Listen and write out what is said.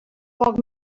poc